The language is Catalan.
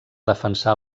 defensar